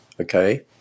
okay